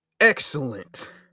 Excellent